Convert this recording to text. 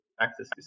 access